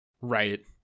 right